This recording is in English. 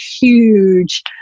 huge